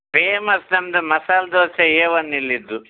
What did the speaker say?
famous ನಮ್ದು masala dosa A one ಇಲ್ಲಿದ್ದು